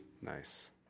Nice